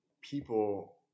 People